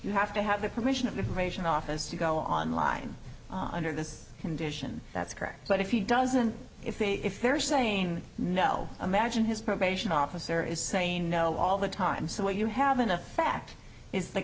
you have to have the permission of immigration office to go online under this condition that's correct but if he doesn't if they if they're saying no imagine his probation officer is saying no all the time so what you have an effect is the